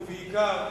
ובעיקר,